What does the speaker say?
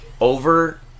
over